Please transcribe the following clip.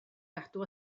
gadw